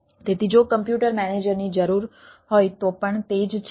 તેથી જો કોમ્પ્યુટર મેનેજરની જરૂર હોય તો પણ તે જ છે